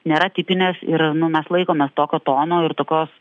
nėra tipinės ir nu mes laikomės tokio tono ir tokios